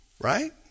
right